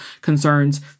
concerns